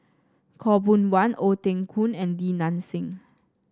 Khaw Boon Wan Ong Teng Koon and Li Nanxing